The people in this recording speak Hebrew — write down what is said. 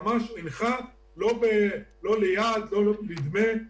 לא יכול להיות שאנחנו נממן את